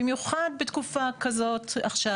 במיוחד בתקופה כזאת עכשיו,